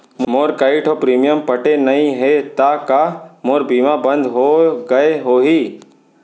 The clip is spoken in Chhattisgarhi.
मोर कई ठो प्रीमियम पटे नई हे ता का मोर बीमा बंद हो गए होही?